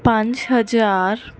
ਪੰਜ ਹਜ਼ਾਰ